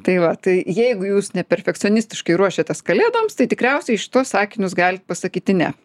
tai va tai jeigu jūs neperfekcionistiškai ruošiatės kalėdoms tai tikriausiai į šituos sakinius galit pasakyti ne